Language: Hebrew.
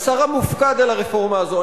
השר המופקד על הרפורמה הזאת.